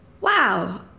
Wow